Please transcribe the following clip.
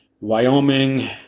Wyoming